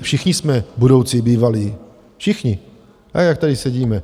Všichni jsme budoucí a bývalí, všichni, jak tady sedíme.